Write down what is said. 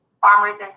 Farmers